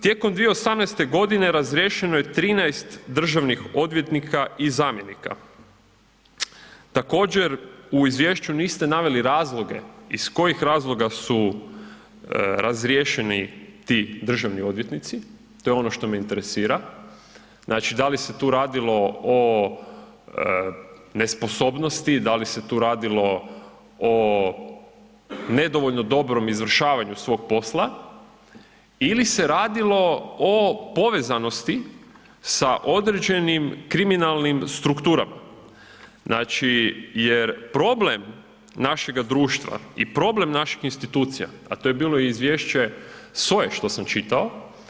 Tijekom 2018.-te godine razriješeno je 13 državnih odvjetnika i zamjenika, također u Izvješću niste naveli razloge, iz kojih razloga su razriješeni ti državni odvjetnici, to je ono što me interesira, znači da li se tu radilo o nesposobnosti, da li se tu radilo o nedovoljno dobrom izvršavanju svog posla, ili se radilo o povezanosti sa određenim kriminalnim strukturama, znači, jer problem našega društva i problem naših institucija, a to je bilo i Izvješće SOA-e što sam čitao.